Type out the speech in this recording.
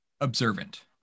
observant